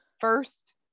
First